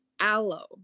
aloe